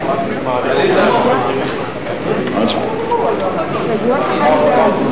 נחמן שי לסעיף 68 לא